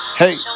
hey